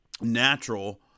natural